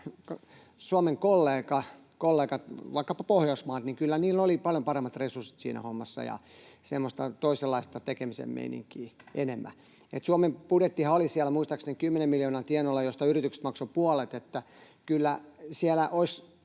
Suomen kollegoilla, vaikkapa Pohjoismailla, oli paljon paremmat resurssit siinä hommassa ja semmoista toisenlaista tekemisen meininkiä enemmän. Suomen budjettihan oli siellä muistaakseni 10 miljoonan tienoilla, josta yritykset maksoivat puolet, että kyllä siellä olisi